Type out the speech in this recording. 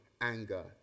anger